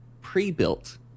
pre-built